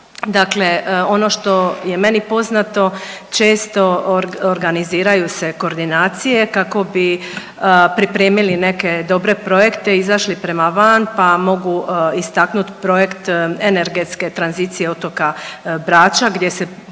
Dakle ono što je meni poznato često organiziraju se koordinacije kako bi pripremili neke dobre projekte, izašli prema van, pa mogu istaknut projekt energetske tranzicije otoka Brača gdje se prelazi,